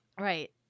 Right